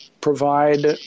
provide